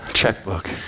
checkbook